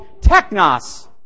technos